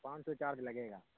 پانچ سو چارج لگے گا